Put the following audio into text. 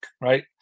right